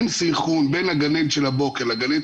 זה בעצם מעצים יותר את הבעיה.